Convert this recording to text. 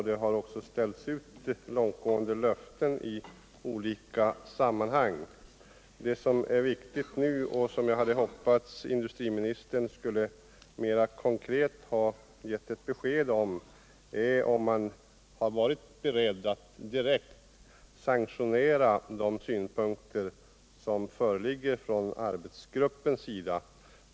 Det har också utställts Vad som nu är viktigt och som jag hade hoppats att industriministern Onsdagen den skulle ha givit ett konkret besked om är om man är beredd att direkt 31 maj 1978 sanktionera de synpunkter som arbetsgruppen framlagt.